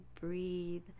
breathe